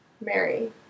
Mary